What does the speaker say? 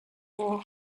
war